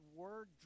word